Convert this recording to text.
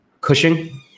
Cushing